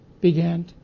began